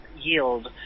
yield